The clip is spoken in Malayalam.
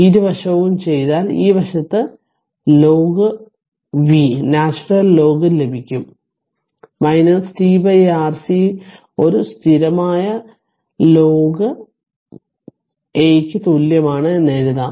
ഇരുവശവും ചെയ്താൽ ഈ വശത്ത് ln v നാച്ചുറൽ ലോഗ് ലഭിക്കും t RC ഒരു സ്ഥിരമായ ln a ക്കു തുല്യമാണ് എന്ന് എഴുതാം